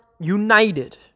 united